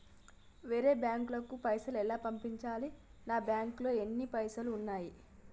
వేరే బ్యాంకుకు పైసలు ఎలా పంపించాలి? నా బ్యాంకులో ఎన్ని పైసలు ఉన్నాయి?